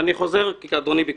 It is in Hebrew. אני חוזר כי אדוני ביקש.